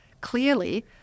Clearly